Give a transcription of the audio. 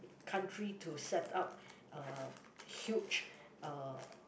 country to setup uh huge uh